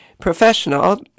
Professional